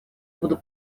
буду